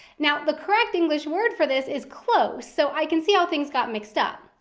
now, the correct english word for this is close, so i can see how things got mixed up.